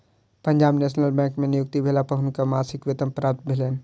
Punjab National Bank में नियुक्ति भेला पर हुनका मासिक वेतन प्राप्त भेलैन